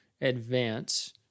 Advance